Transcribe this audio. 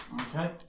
Okay